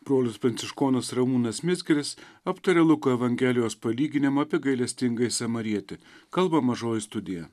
brolis pranciškonas ramūnas mizgiris aptaria luko evangelijos palyginimą apie gailestingąjį samarietį kalba mažoji studija